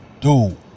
Dude